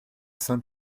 saint